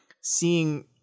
seeing